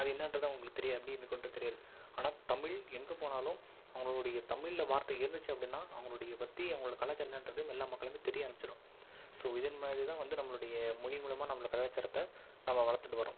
அது என்னென்றது அவங்களுக்கு தெரியாது எப்படி இருக்குங்றது தெரியாது ஆனால் தமிழ் எங்கேப் போனாலும் அவங்களுடைய தமிழில் வார்த்தை இருந்துச்சு அப்படின்னா அவர்களுடைய பக்தி அவங்களோடய கலாச்சாரம் என்னென்றது எல்லா மக்களுக்கும் தெரிய ஆரம்பிச்சுரும் ஸோ இதன் மாதிரிதான் வந்து நம்மளுடைய மொழியின் மூலமாக நம்மளோட கலாச்சாரத்தை நாம் வளர்த்துட்டு வர்றோம்